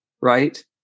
Right